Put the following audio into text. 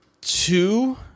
Two